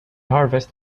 harvest